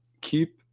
keep